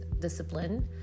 discipline